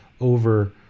over